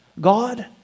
God